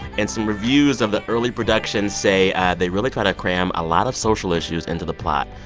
and some reviews of the early productions say they really try to cram a lot of social issues into the plot,